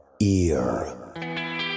ear